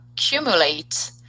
accumulate